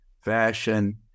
fashion